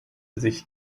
sich